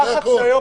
הלחץ של היום,